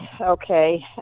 okay